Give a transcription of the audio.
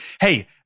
Hey